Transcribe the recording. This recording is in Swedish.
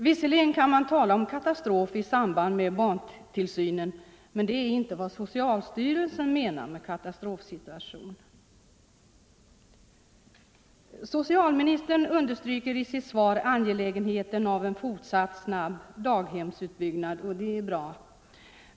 Visserligen kan man tala om katastrof i samband med barntillsynen, men det är inte vad socialstyrelsen menar med katastrofsituation. Socialministern understryker i sitt svar angelägenheten av en fortsatt snabb daghemsutbyggnad, och det är bra.